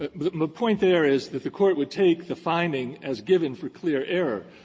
ah my point there is that the court will take the finding as given for clear error.